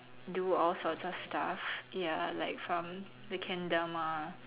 do all sorts of stuff ya like from the kendama